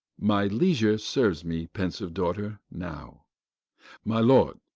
my leisure serves me, pensive daughter, now my lord,